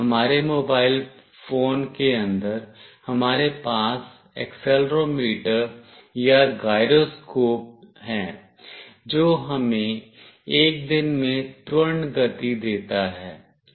हमारे mobile phone के अंदर हमारे पास एक्सेलेरोमीटर या गायरोस्कोप है जो हमें एक दिन में त्वरण गति देता है